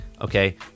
Okay